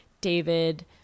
David